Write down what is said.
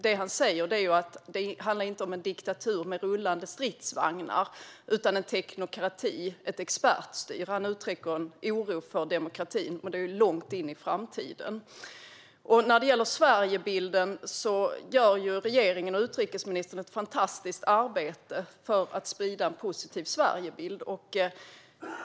Det han säger är att det inte handlar om en diktatur med rullande stridsvagnar utan en teknokrati - ett expertstyre. Han uttrycker en oro för demokratin, men det gäller långt in i framtiden. Regeringen och utrikesministern gör ett fantastiskt arbete för att sprida en positiv Sverigebild.